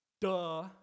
Duh